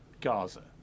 Gaza